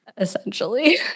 Essentially